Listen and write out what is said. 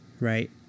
right